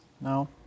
No